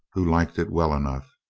who liked it well enough.